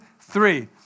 three